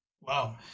Wow